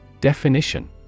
Definition